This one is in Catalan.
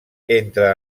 entre